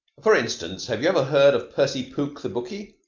for instance, have you ever heard of percy pook, the bookie?